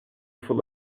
full